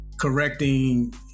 correcting